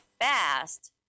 fast